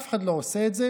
אף אחד לא עושה את זה.